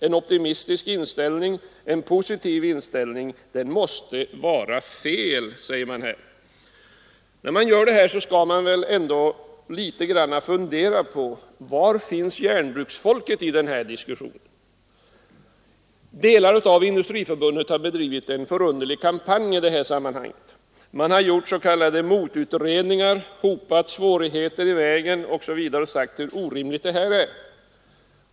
En optimistisk och positiv inställning måste vara felaktig, menar man. Men när man argumenterar på detta sätt måste man väl ändå fundera litet grand över frågan: Var finns järnbruksfolket i den här diskussionen? Delar av Industriförbundet har bedrivit en förunderlig kampanj i sammanhanget. Man har gjort s.k. motutredningar, hopat svårigheter i vägen osv. och talat om hur orimligt förslaget är.